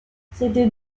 c’était